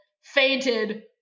fainted